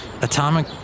atomic